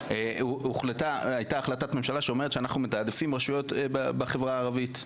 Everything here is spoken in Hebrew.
631 הייתה החלטת ממשלה שאומרת שאנחנו מתעדפים רשויות בחברה הערבית,